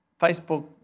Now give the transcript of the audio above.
Facebook